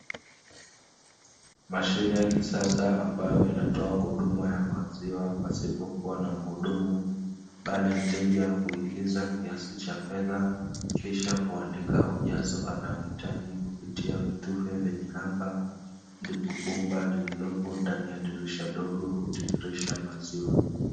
Mashine ya kisasa ambayo inatoa huduma ya maziwa pasipo kuwa na muhudumu, bali mteja huingiza kiasi cha fedha kisha kuandika ujazo anaouhitaji kupitia vitufe vyenye namba, ndipo bomba lililopo ndani ya dirisha dogo kutiririsha maziwa.